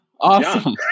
awesome